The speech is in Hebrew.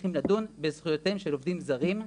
צריכים לדון בזכויותיהם של עובדים זרים,